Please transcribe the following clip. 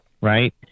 right